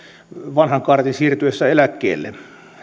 vanhan kaartin siirtyessä eläkkeelle